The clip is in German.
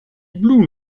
blue